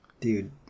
Dude